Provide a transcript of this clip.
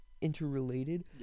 interrelated